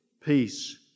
peace